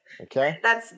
Okay